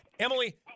Emily